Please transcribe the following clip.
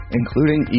including